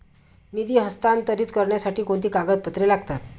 निधी हस्तांतरित करण्यासाठी कोणती कागदपत्रे लागतात?